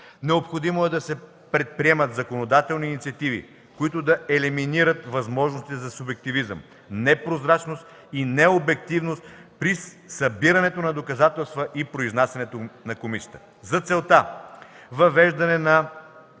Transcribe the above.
Необходимо е да се предприемат законодателни инициативи, които да елиминират възможностите за субективизъм, непрозрачност и необективност при събирането на доказателства и произнасянето на комисията. За целта: - въвеждане на